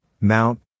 Mount